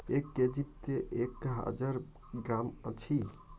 এক কেজিত এক হাজার গ্রাম আছি